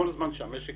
כל זמן שהמשק